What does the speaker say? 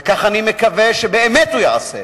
וכך אני מקווה שבאמת הוא יעשה,